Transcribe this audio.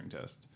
test